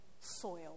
soil